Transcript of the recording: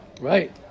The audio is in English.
Right